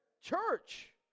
church